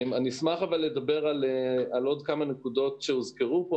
אני אשמח לדבר על עוד כמה נקודות שהוזכרו כאן,